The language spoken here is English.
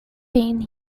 been